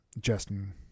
Justin